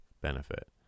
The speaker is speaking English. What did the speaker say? benefit